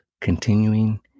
continuing